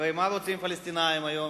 הרי מה רוצים הפלסטינים היום?